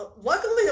Luckily